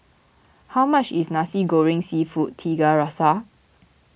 how much is Nasi Goreng Seafood Tiga Rasa